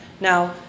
Now